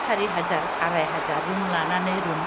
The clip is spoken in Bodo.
सारि हाजार आराइ हाजार रुम लानानै रुम